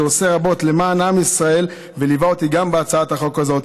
שעושה רבות למען עם ישראל ושליווה אותי גם בהצעת החוק הזאת,